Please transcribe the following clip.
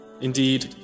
Indeed